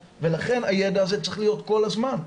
ולכן הידע הזה צריך להיות כל הזמן.